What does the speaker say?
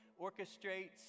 orchestrates